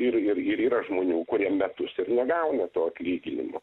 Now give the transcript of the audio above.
ir ir ir yra žmonių kurie metus ir negauna to atlyginimo